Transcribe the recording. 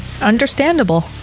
Understandable